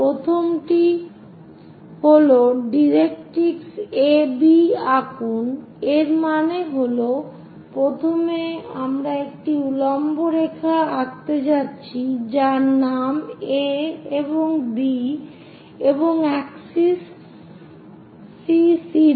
প্রথমটি হল directrix A B আঁকুন এর মানে হল প্রথমে আমরা একটি উল্লম্ব রেখা আঁকতে যাচ্ছি যার নাম A এবং B এবং অক্ষ CC'